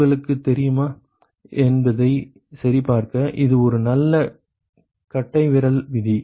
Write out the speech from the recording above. உங்களுக்குத் தெரியுமா என்பதைச் சரிபார்க்க இது ஒரு நல்ல கட்டைவிரல் விதி